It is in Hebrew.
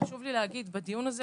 חשוב לי להגיד בדיון הזה,